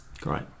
Great